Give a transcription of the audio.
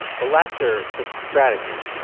the laughter was a strategy.